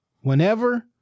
whenever